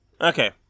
Okay